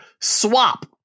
Swap